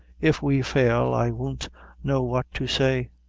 if we fail, i won't know what to say.